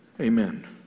Amen